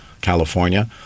California